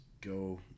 Go